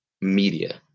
Media